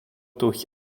durch